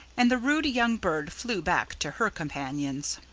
and the rude young bird flew back to her companions.